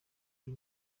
iyi